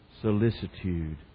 solicitude